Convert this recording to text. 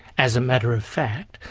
as a matter of fact,